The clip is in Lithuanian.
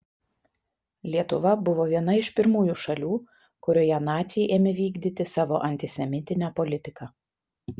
lietuva buvo viena iš pirmųjų šalių kurioje naciai ėmė vykdyti savo antisemitinę politiką